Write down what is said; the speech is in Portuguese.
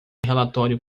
relatório